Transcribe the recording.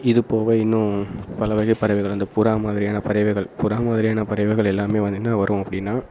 இதுபோக இன்னும் பலவகை பறவைகள் அந்த புறா மாதிரியான பறவைகள் புறா மாதிரியான பறவைகள் எல்லாமே வந்து என்ன வரும் அப்படின்னா